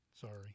Sorry